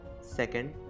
Second